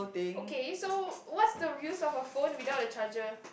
okay so what's the use of a phone without the charger